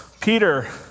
Peter